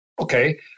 Okay